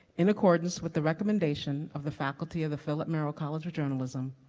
in accordance with the recommendation of the faculty of the philip merrill college of journalism,